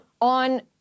on